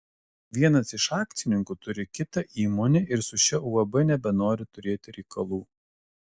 vienas iš akcininkų turi kitą įmonę ir su šia uab nebenori turėti reikalų